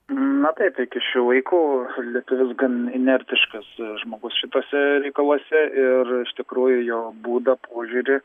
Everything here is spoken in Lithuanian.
na taip iki šių laikų lietuvius gan inertiškas žmogus šituose reikaluose ir iš tikrųjų jo būdą požiūrį